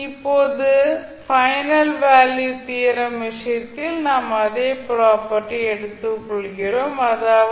இப்போது final value theorem விஷயத்தில் நாம் அதே ப்ராப்பர்ட்டீ எடுத்துக்கொள்கிறோம் அதாவது